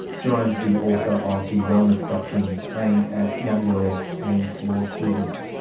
jerome is the author of the wellness doctrines, aimed at young lawyers and law students.